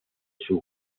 sus